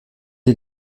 est